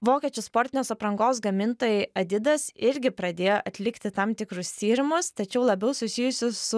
vokiečių sportinės aprangos gamintojai adidas irgi pradėjo atlikti tam tikrus tyrimus tačiau labiau susijusius su